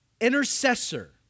intercessor